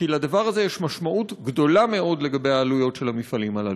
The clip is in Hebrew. כי לדבר הזה יש משמעות גדולה מאוד לגבי העלויות של המפעלים הללו.